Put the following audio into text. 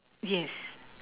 yes